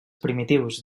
primitius